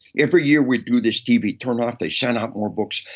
every year, we do this tv turn-off. they sign out more books,